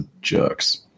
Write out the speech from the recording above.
jerks